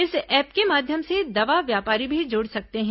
इस ऐप के माध्यम से दवा व्यापारी भी जुड़ सकते हैं